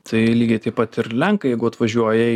tai lygiai taip pat ir lenkai jeigu atvažiuoja